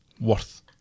worth